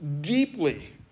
deeply